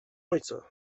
ojca